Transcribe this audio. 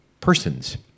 persons